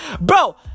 Bro